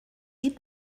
eat